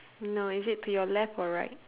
no is it to your left or right